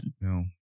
No